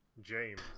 James